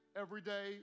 everyday